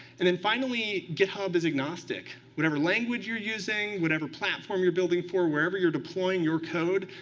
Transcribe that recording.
and then finally, github is agnostic. whatever language you're using, whatever platform you're building for, wherever you're deploying your code,